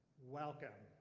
welcome.